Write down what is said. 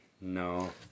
No